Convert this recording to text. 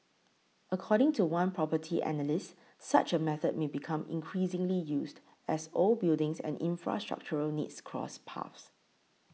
according to one property analyst such a method may become increasingly used as old buildings and infrastructural needs cross paths